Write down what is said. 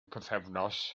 pythefnos